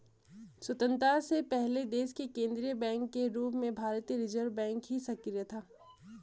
स्वतन्त्रता से पहले देश के केन्द्रीय बैंक के रूप में भारतीय रिज़र्व बैंक ही सक्रिय था